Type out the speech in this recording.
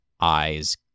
eyes